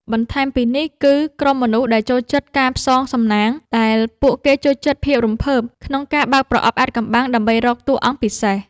បន្ថែមពីនេះ គឺក្រុមមនុស្សដែលចូលចិត្តការផ្សងសំណាង ដែលពួកគេចូលចិត្តភាពរំភើបក្នុងការបើកប្រអប់អាថ៌កំបាំងដើម្បីរកតួអង្គពិសេស។